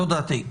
זו דעתי.